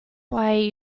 why